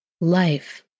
life